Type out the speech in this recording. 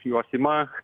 juos ima